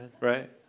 Right